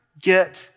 get